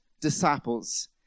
disciples